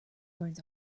burns